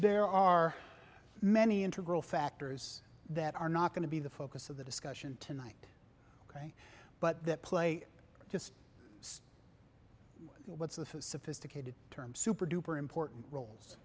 there are many integral factors that are not going to be the focus of the discussion tonight ok but that play just what's a few sophisticated terms super duper important roles